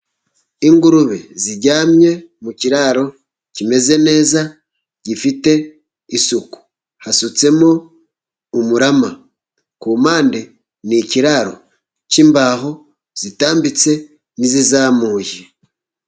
Ingurube ziryamye mu kiraro kimeze neza gifite isuku, hasutsemo umurama ku mpande. Ni ikiraro cy'imbaho zitambitse n'izizamuye.